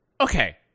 Okay